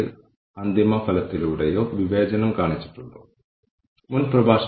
ഈ ഓരോ നടപടികൾക്കും നമുക്ക് ചില മാനദണ്ഡങ്ങൾ സ്ഥാപിക്കാം